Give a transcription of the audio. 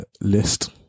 list